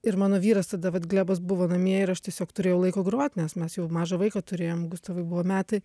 ir mano vyras tada vat glebas buvo namie ir aš tiesiog turėjau laiko grot nes mes jau mažą vaiką turėjom gustavui buvo metai